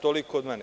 Toliko od mene.